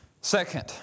Second